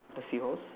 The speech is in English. does he yours